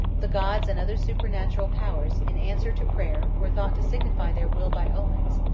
the gods and other supernatural powers in answer to prayer were thought to signify their will by omens,